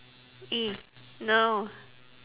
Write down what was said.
!ee! no